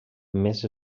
més